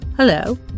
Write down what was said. Hello